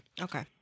okay